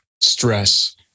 stress